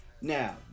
Now